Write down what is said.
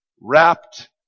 wrapped